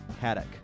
Haddock